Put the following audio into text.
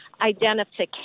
identification